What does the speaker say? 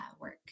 work